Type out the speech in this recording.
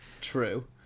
True